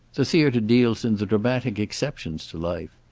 the theater deals in the dramatic exceptions to life.